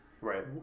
Right